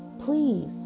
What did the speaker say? Please